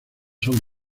son